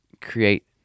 create